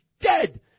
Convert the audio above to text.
dead